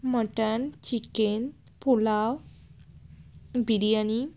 mutton chicken pulao biryani